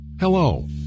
Hello